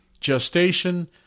gestation